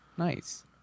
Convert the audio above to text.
Nice